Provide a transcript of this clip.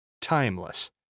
Timeless